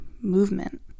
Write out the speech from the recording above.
movement